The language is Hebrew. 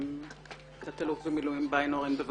תת-אלוף במילואים ביינהורן, בבקשה.